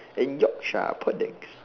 and Yorkshire puddings